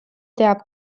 teab